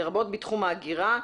לרבות בתחום ההגירה,